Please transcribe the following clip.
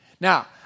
Now